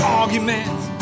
arguments